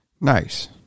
Nice